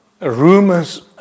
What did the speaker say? rumors